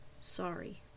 Sorry